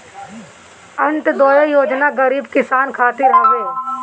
अन्त्योदय योजना गरीब किसान खातिर हवे